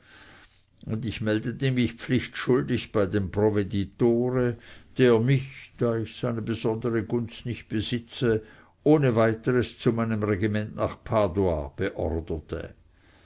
riva ich meldete mich pflichtschuldig bei dem provveditore der mich da ich seine besondere gunst nicht besitze ohne weiteres zu meinem regiment nach padua beorderte